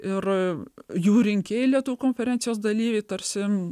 ir jų rinkėjai lietuvių konferencijos dalyviai tarsim